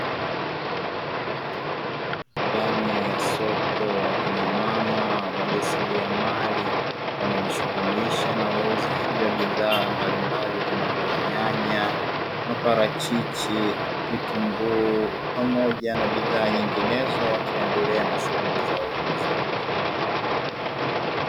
Ndani ya soko, wakina mama wajasiriamali wanajishughulisha na uuzaji wa bidhaa mbalimbali, kama vile: nyanya, maparachichi, vitunguu, pamoja na bidhaa nyinginezo; wakiendelea na shughuli zao hizo.